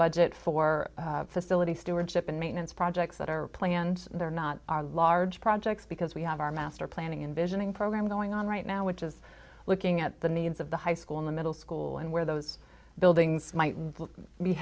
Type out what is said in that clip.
budget for facilities stewardship and maintenance projects that are planned there not are large projects because we have our master planning in visioning program going on right now which is looking at the needs of the high school in the middle school and where those buildings might be